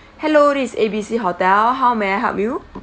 hello this is A_B_C hotel how may I help you